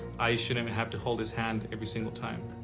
i shouldn't have to hold his hand every single time.